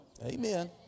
Amen